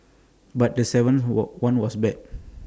but the seventh what one was bad